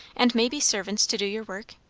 and maybe servants to do your work?